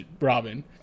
Robin